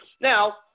now